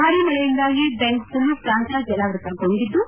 ಭಾರಿ ಮಳೆಯಿಂದಾಗಿ Bengkulu ಪ್ರಾಂತ್ನಾ ಜಲಾವ್ಯತಗೊಂಡಿದ್ದು